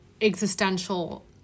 existential